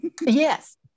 Yes